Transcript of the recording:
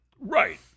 Right